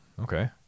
okay